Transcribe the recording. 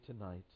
tonight